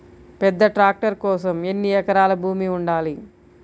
పెద్ద ట్రాక్టర్ కోసం ఎన్ని ఎకరాల భూమి ఉండాలి?